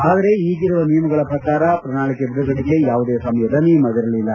ಆದರೆ ಈಗಿರುವ ನಿಯಮಗಳ ಪ್ರಕಾರ ಪ್ರಣಾಳಿಕೆ ಬಿಡುಗಡೆಗೆ ಯಾವುದೇ ಸಮಯದ ನಿಯಮವಿಲ್ಲ